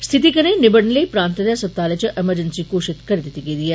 स्थिति कन्नै निबड़ने लेई प्रान्तै दे अस्पतालें च अमरजैन्सी घोषित करी दिती गेदी ऐ